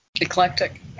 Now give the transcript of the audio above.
eclectic